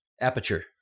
Aperture